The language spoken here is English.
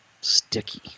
sticky